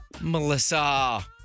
Melissa